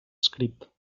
escrit